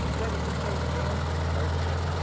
ready to face danger and hardship.